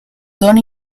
don